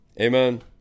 Amen